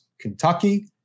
kentucky